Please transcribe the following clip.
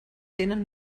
tenen